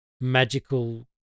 magical